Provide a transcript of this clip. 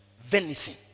venison